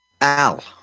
Al